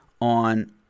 on